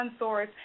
OneSource